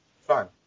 fine